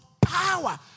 power